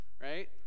Right